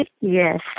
Yes